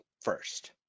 first